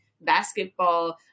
basketball